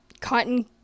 cotton